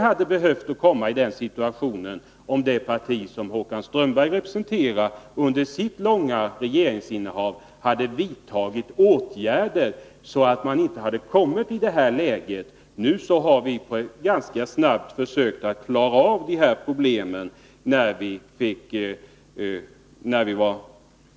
I den situationen hade vi inte behövt komma, om det parti som Håkan Strömberg representerar under sitt långa regeringsinnehav hade vidtagit tillräckliga åtgärder. Sedan vi fick ta hand om regeringsansvaret och detta ärende, har vi ganska snabbt försökt lösa problemen.